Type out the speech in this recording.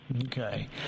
Okay